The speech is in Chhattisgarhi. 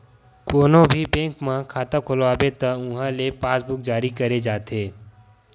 कोनो भी बेंक म खाता खोलवाबे त उहां ले पासबूक जारी करे जाथे